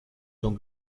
son